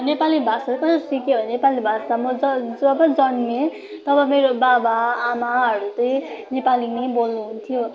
नेपाली भाषा कहाँ सिक्यो भने नेपाली भाषा म जब जन्मे तब मेरो बाबा आमाहरू चाहिँ नेपाली नै बोल्नुहुन्थ्यो